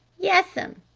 yes'm,